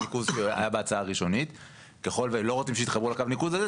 ככל שלא רוצים שיתחברו לקו ניקוז כזה,